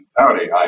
Howdy